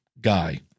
guy